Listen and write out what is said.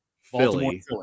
Philly